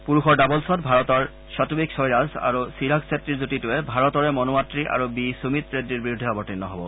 পুৰুষৰ ডাবলছত ভাৰতৰ স্বতৱিকচৈৰাজ আৰু চিৰাগ চেট্টীৰ যুটিটোৱে ভাৰতৰে মনু আত্ৰি আৰু বি সুমিত ৰেড্ডীৰ বিৰুদ্ধে অৱতীৰ্ণ হব